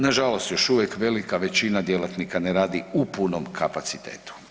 Na žalost još uvijek velika većina djelatnika ne radi u punom kapacitetu.